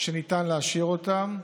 שניתן להשאיר אותם.